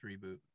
reboot